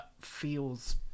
feels